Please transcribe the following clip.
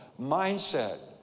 mindset